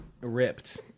ripped